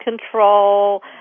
control